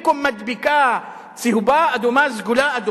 אבל אין דבר שהוא בעל ערך יותר מכבודו של האדם ושל האזרח.